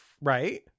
right